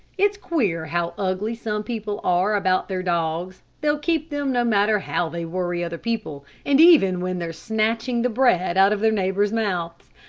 it's queer how ugly some people are about their dogs. they'll keep them no matter how they worry other people, and even when they're snatching the bread out of their neighbors' mouths.